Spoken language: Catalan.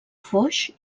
foix